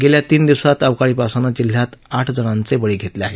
गेल्या तीन दिवसांत अवकाळी पावसानं जिल्ह्यात आठ जणांचे बळी घेतले आहेत